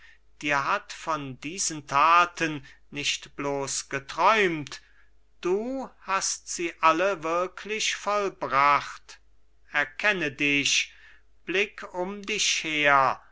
dir hat von diesen taten nicht bloß geträumt du hast sie alle wirklich vollbracht erkenne dich blick um dich her